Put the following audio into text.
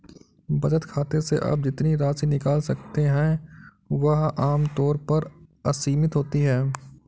बचत खाते से आप जितनी राशि निकाल सकते हैं वह आम तौर पर असीमित होती है